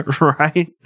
Right